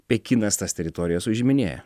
pekinas tas teritorijas užiminėja